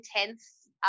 intense